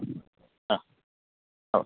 ആ ആ